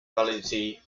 validity